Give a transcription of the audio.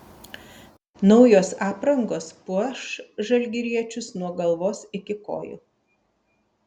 naujos aprangos puoš žalgiriečius nuo galvos iki kojų